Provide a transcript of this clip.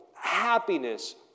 happiness